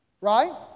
Right